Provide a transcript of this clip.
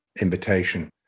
invitation